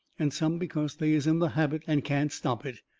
and some because they is in the habit and can't stop it.